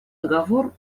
договор